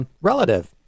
relative